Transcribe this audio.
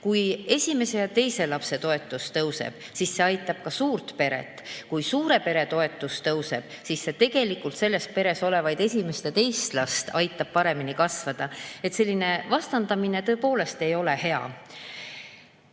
kui esimese ja teise lapse toetus tõuseb, siis see aitab ka suurt peret. Kui suure pere toetus tõuseb, siis see tegelikult selles peres olevaid esimest ja teist last aitab paremini kasvada. Selline vastandamine tõepoolest ei ole hea.